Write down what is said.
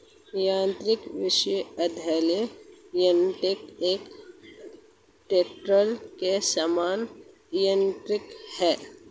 यान्त्रिक वृक्ष उद्वेलक यन्त्र एक ट्रेक्टर के समान यन्त्र है